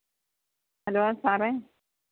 hello സാറേ